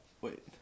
Wait